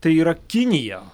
tai yra kinija